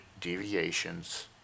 deviations